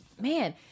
man